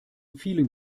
vielen